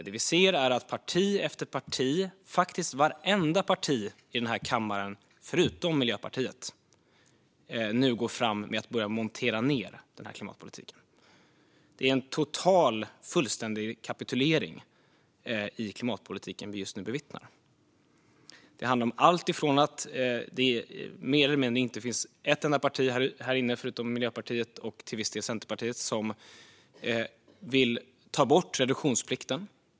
Det vi ser är att parti efter parti, vartenda parti i den här kammaren förutom Miljöpartiet, nu går fram med att börja montera ned klimatpolitiken. Det är en total, en fullständig, kapitulering i klimatpolitiken vi just nu bevittnar. Det handlar om alltifrån att det mer eller mindre inte finns ett enda parti härinne, förutom Miljöpartiet och till viss del Centerpartiet, som inte vill ta bort reduktionsplikten.